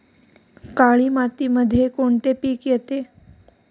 काळी मातीमध्ये कोणते पिके येते?